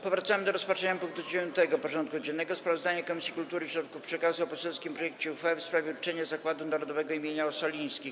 Powracamy do rozpatrzenia punktu 9. porządku dziennego: Sprawozdanie Komisji Kultury i Środków Przekazu o poselskim projekcie uchwały w sprawie uczczenia Zakładu Narodowego im. Ossolińskich.